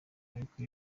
ariko